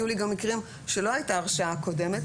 יהיו לי גם מקרים שלא הייתה הרשעה קודמת